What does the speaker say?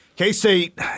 K-State